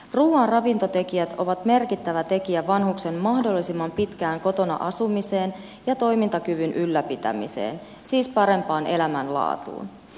ruuan ravintotekijät ovat merkittävä tekijä vanhuksen mahdollisimman pitkään kotona asumiseen ja toimintakyvyn ylläpitämiseen siis parempaan elämänlaatuun